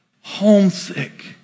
homesick